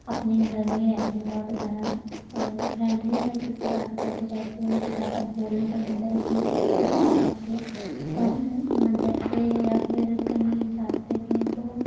اپنے گھر میں رہتی ہوں اور زیادہ اور فرینڈلی ہر کسی سے بات کرتی رہتی ہوں مجھے زیادہ بولنا پسند ہے لیکن وہ بہت چپ چپ رہتی ہے ہم مدرسے یا پھر کہیں جاتے بھی ہیں تو